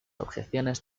objeciones